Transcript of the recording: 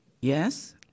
Yes